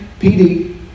PD